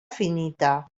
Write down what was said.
finita